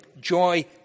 joy